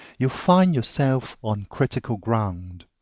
you find yourself on critical ground.